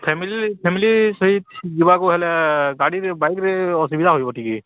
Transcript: family family ସହିତ ଯିବାକୁ ହେଲେ ଗାଡ଼ିରେ ବାଇକ୍ରେ ଅସୁବିଧା ହେବ ଟିକେ